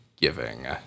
giving